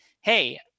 hey